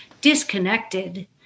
disconnected